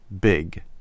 big